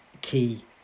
key